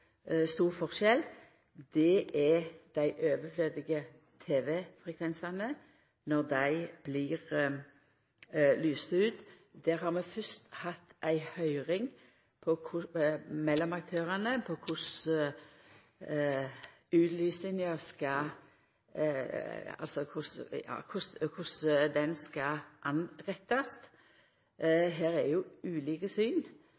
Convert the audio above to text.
stor forskjell, er dei overflødige tv-frekvensane når dei blir lyste ut. Der har vi fyrst hatt ei høyring med aktørane om korleis utlysinga skal gjerast. Her er det ulike syn, men den